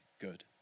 good